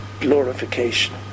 glorification